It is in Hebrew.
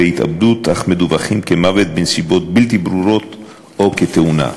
התאבדות אך מדווחים כמוות בנסיבות בלתי ברורות או כתאונה.